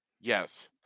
Yes